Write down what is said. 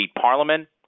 parliament